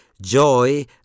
Joy